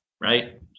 Right